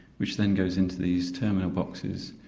which then goes into these terminal boxes.